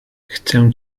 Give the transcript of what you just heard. chcę